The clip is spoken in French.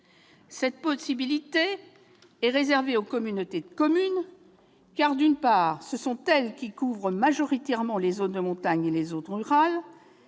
Cette possibilité est réservée aux communautés de communes, car, d'une part, ce sont elles qui couvrent majoritairement les zones de montagne et les zones rurales,